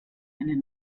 eine